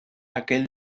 aquel